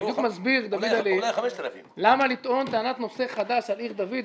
אני בדיוק מסביר למה לטעון טענת נושא חדש על עיר דוד,